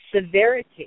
Severity